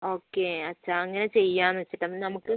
okay അച്ചാ അങ്ങനെ ചെയ്യാമെന്നു വച്ചിട്ടാണ് അപ്പോൾ നമുക്ക്